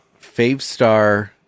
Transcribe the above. Favestar